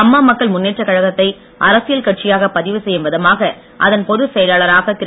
அம்மா மக்கள் முன்னெற்றக் கழகத்தை அரசியல் கட்சியாக பதிவு செய்யும் விதமாக அதன் பொதுச் செயலாளராக திரு